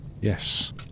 Yes